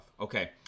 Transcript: Okay